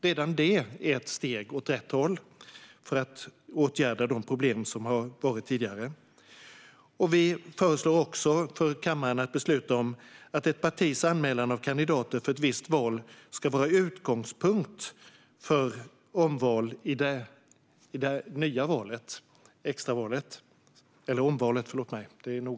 Redan det är ett steg åt rätt håll för att åtgärda de problem som har funnits tidigare. Vi föreslår också för kammaren att besluta om att ett partis anmälan av kandidater för ett visst val ska vara utgångspunkt för omvalet.